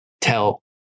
tell